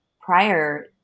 prior